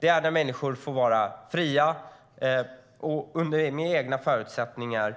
utan de sker när människor får vara fria och kreativa under egna förutsättningar.